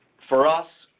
for us,